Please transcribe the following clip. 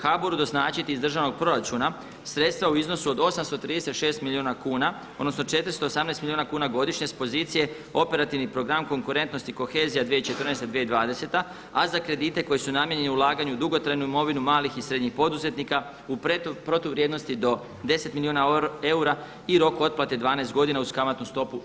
HBOR doznačiti iz državnog proračuna sredstva u iznosu od 836 milijuna kuna, odnosno 418 milijuna kuna godišnje s pozicije operativnih program konkurentnosti kohezija 2014.-2020. a za kredite koji su namijenjeni ulaganju u dugotrajnu imovinu malih i srednjih poduzetnika u protuvrijednosti do 10 milijuna eura i rok otplate 12 godina uz kamatnu stopu do 3%